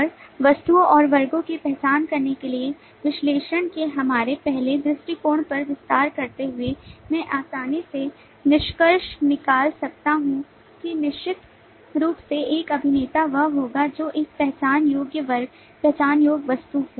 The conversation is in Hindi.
और वस्तुओं और वर्गों की पहचान करने के लिए विश्लेषण के हमारे पहले दृष्टिकोण पर विस्तार करते हुए मैं आसानी से निष्कर्ष निकाल सकता हूं कि निश्चित रूप से एक अभिनेता वह होगा जो एक पहचान योग्य वर्ग पहचान योग्य वस्तु हो